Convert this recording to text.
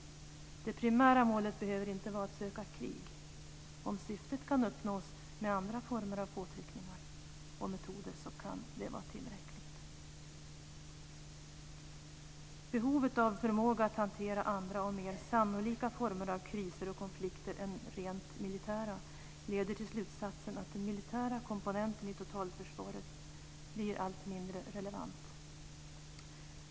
Det primära målet behöver inte vara att söka krig. Om syftet kan uppnås med andra former av påtryckningar och metoder kan det vara tillräckligt. Behovet av förmåga att hantera andra och mer sannolika former av kriser och konflikter än de rent militära leder till slutsatsen att den militära komponenten i totalförsvaret blir allt mindre relevant.